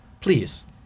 Please